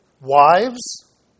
wives